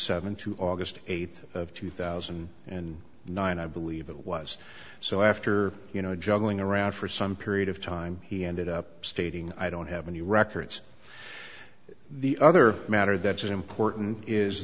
seven to august eighth of two thousand and nine i believe it was so after you know juggling around for some period of time he ended up stating i don't have any records the other matter that's important is